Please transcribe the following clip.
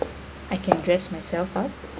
I can dress myself up